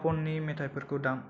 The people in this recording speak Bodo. पापननि मेथायफोरखौ दाम